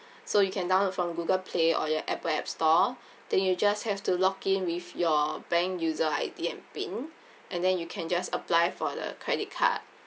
so you can download from google play or your apple app store then you just have to log in with your bank user I_D and pin and then you can just apply for the credit card